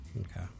okay